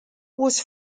was